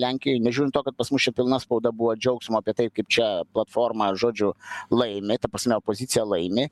lenkijoj nežiūrint to kad pas mus čia pilna spauda buvo džiaugsmo apie tai kaip čia platforma žodžiu laimi ta prasme opozicija laimi